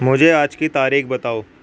مجھے آج کی تاریخ بتاؤ